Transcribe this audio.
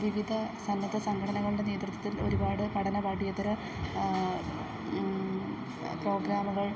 വിവിധ സന്നദ്ധ സംഘടനകളുടെ നേതൃത്വത്തിൽ ഒരുപാട് പഠന പാഠ്യേതര പ്രോഗ്രാമുകൾ